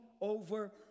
over